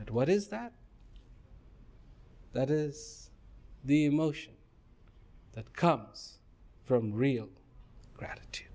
but what is that that is the emotion that comes from real gratitude